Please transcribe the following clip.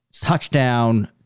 touchdown